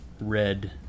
red